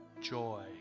joy